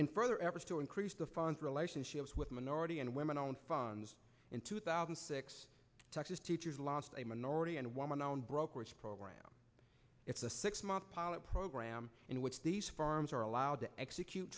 in further efforts to increase the funds relationships with minority and women own funds in two thousand and six texas teachers lost a minority and a woman on brokerage program it's a six month pilot program in which these farms are allowed to execute